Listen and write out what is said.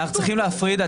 אנחנו צריכים להפריד.